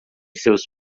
seus